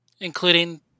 Including